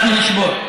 אנחנו נשבור.